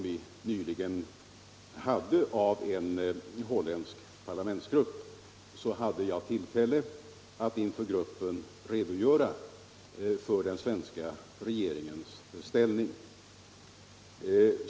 Vid den holländska parlamentsgruppens besök nyligen hade jag tillfälle att inför gruppen redogöra för den svenska regeringens inställning.